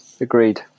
agreed